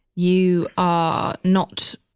you are not,